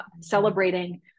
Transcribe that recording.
celebrating